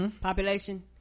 population